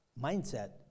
mindset